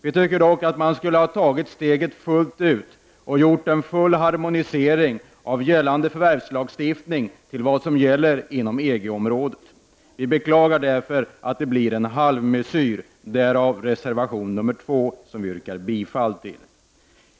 Vi tycker dock att man skulle ha tagit steget fullt ut och gjort en full harmonisering av gällande förvärvslagstiftning till vad som gäller inom EG-området. Vi beklagar därför att det blir en halvmesyr. Därav reservation nr 2, som jag yrkar bifall till.